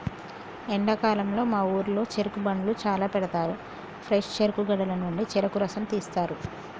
ఎండాకాలంలో మా ఊరిలో చెరుకు బండ్లు చాల పెడతారు ఫ్రెష్ చెరుకు గడల నుండి చెరుకు రసం తీస్తారు